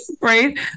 Right